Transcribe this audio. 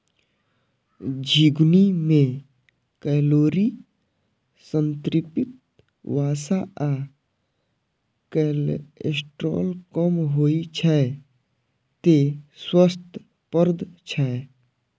झिंगुनी मे कैलोरी, संतृप्त वसा आ कोलेस्ट्रॉल कम होइ छै, तें स्वास्थ्यप्रद छै